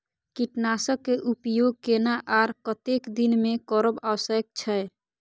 कीटनाशक के उपयोग केना आर कतेक दिन में करब आवश्यक छै?